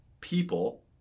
people